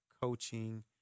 coaching